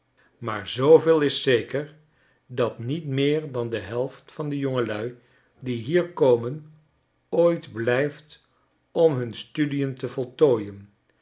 maar zooveel is zeker dat niet meer dan de helft van de jongelui die hier komen ooit blijft om hun studien te voltooien